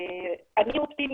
אני אופטימית,